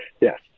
yes